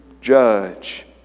judge